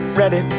ready